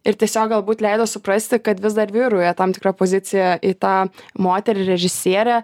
ir tiesiog galbūt leido suprasti kad vis dar vyrauja tam tikra pozicija į tą moterį režisierę